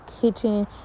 kitchen